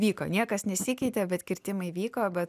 vyko niekas nesikeitė bet kirtimai vyko be